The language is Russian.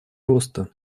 роста